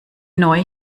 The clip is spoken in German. neu